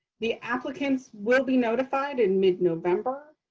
the applicants will be notified in mid-november.